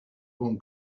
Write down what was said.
bon